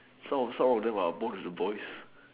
some of them are born with the voice